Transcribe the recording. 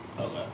Okay